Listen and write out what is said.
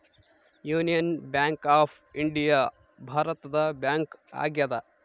union Bank of India ಭಾರತದ bank ಆಗ್ಯಾದ